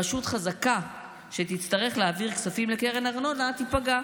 רשות חזקה שתצטרך להעביר כספים לקרן ארנונה תיפגע.